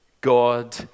God